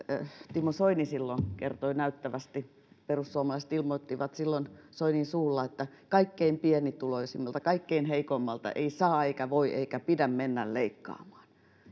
timo soini silloin kertoi näyttävästi perussuomalaiset ilmoittivat silloin soinin suulla että kaikkein pienituloisimmilta kaikkein heikoimmilta ei saa eikä voi eikä pidä mennä leikkaamaan